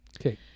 Okay